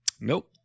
Nope